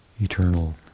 Eternal